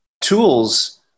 tools